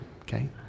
Okay